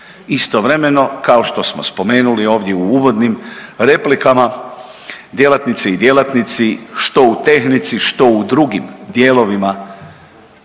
Istovremeno kao što smo spomenuli ovdje u uvodnim replikama djelatnici i djelatnici što u tehnici, što u drugim dijelovima